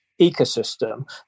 ecosystem